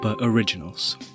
Originals